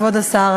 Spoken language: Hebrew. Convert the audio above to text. כבוד השר,